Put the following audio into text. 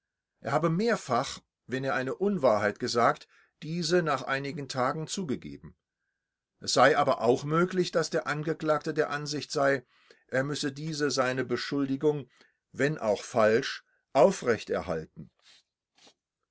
er habe mehrfach wenn er eine unwahrheit gesagt dies nach einigen tagen zugegeben es sei aber auch möglich daß der angeklagte der ansicht sei er müsse diese seine beschuldigung wenn auch falsch aufrecht halten